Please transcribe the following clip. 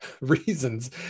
reasons